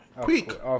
Quick